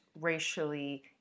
racially